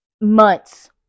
months